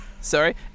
Sorry